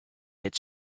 its